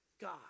God